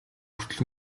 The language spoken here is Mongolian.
хүртэл